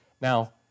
Now